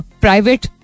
private